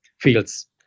fields